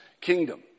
kingdom